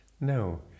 No